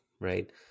right